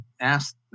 asked